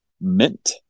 mint